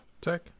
Tech